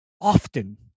often